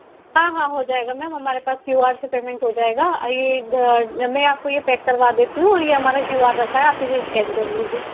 हाँ हाँ हो जाएगा मैम हमारे पास क्यू आर से पेमेंट हो जाएगा मैं आपको ये पैक करवा देती हूँ और ये हमारा क्यू आर रखा है आप इसे स्कैन कर लीजिए